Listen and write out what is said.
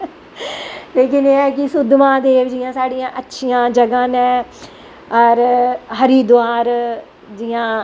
लेकिन एह् ऐ कि सुद्दमाहदेव जियां साढ़ियां अच्छियां जगां न और हरिदवार जियां